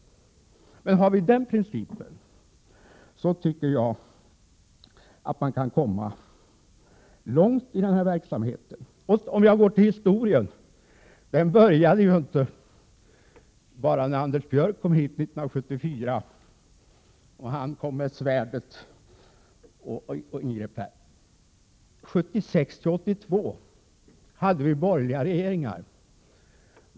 Om man har principen att uppfylla dessa förutsättningar, tror jag att man kan komma långt i den här verksamheten. Vad gäller historien så började den ju inte först 1974 när Anders Björck kom hit och ingrep med svärdet. Åren 1976-1982 hade vi borgerliga regeringar.